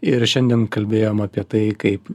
ir šiandien kalbėjom apie tai kaip